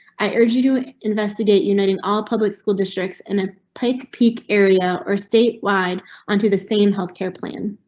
i urge you to investigate uniting all public school districts in a pike peak area or statewide on to the same health care plan.